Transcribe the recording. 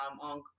on